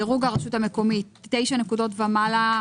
דירוג הרשות המקומית 9 נקודות ומעלה,